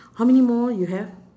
how many more you have